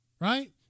Right